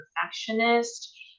perfectionist